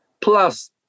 plus